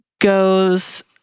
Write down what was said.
goes